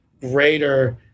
greater